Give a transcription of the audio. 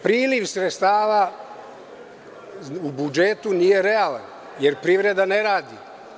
Priliv sredstava u budžetu nije realan, jer privreda ne radi.